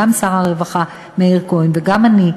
גם שר הרווחה מאיר כהן וגם אני,